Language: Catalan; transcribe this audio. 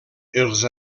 els